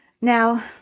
Now